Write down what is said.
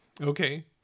Okay